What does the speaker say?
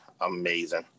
amazing